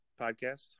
podcast